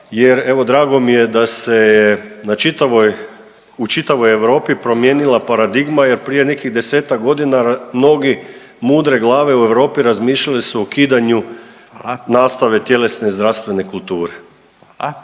na čitavoj, u čitavoj Europi promijenila paradigma jer prije nekih 10-tak godina mnogi mudre glave u Europi razmišljali su o ukidanju nastave tjelesne zdravstvene kulture.